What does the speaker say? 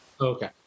Okay